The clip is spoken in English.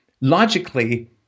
Logically